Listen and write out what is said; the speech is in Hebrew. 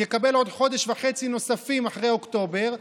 יקבל עוד חודש וחצי נוספים אחרי אוקטובר,